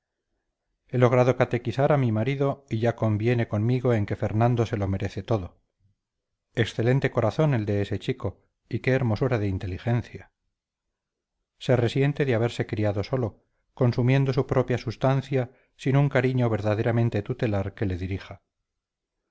he logrado catequizar a mi marido y ya conviene conmigo en que fernando se lo merece todo excelente corazón el de este chico y qué hermosura de inteligencia se resiente de haberse criado solo consumiendo su propia substancia sin un cariño verdaderamente tutelar que le dirija